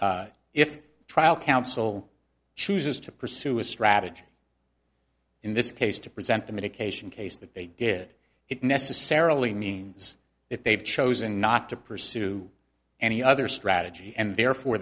that if trial counsel chooses to pursue a strategy in this case to present the medication case that they did it necessarily means that they've chosen not to pursue any other strategy and therefore